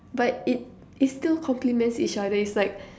but it it still compliments each other it's like